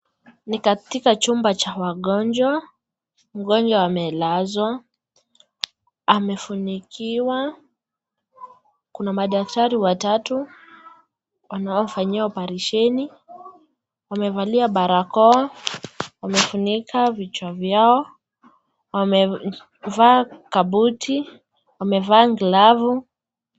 Ni katika chumba cha wagonjwa, mgonjwa amelazwa, amefunikiwa, kuna madaktari watatu anaofanyiwa oparesheni wamevalia barakoa, wamefunika vichwa vyao, wamevaa kabuti wamevaa nglovu.